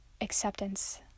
acceptance